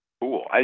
Cool